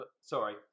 sorry